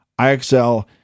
IXL